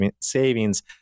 savings